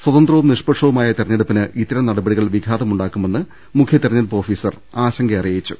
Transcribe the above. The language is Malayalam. സ്വതന്ത്രവും നിഷ്പക്ഷവുമായ തെരഞ്ഞെടുപ്പിന് ഇത്തരം നടപടികൾ വിഘാതമുണ്ടാക്കുമെന്ന് മുഖ്യ തെര ഞ്ഞെടുപ്പ് ഓഫീസർ ആശങ്കയറിയിച്ചു